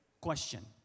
Question